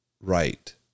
right